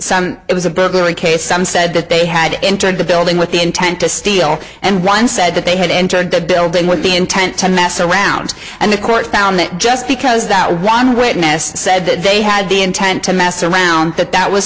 things it was a burglary case some said that they had entered the building with the intent to steal and one said that they had entered the building with the intent to mess around and the court found that just because that one witness said that they had the intent to mess around that that was